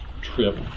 trip